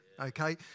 okay